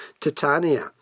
Titania